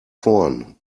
vorn